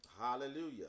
hallelujah